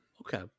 Okay